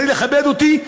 צריך לכבד גם אותי.